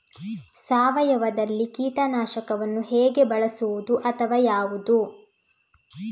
ಸಾವಯವದಲ್ಲಿ ಕೀಟನಾಶಕವನ್ನು ಹೇಗೆ ಬಳಸುವುದು ಅಥವಾ ಯಾವುದು?